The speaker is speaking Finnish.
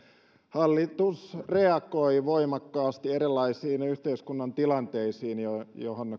hallitus reagoi voimakkaasti erilaisiin yhteiskunnan tilanteisiin joihin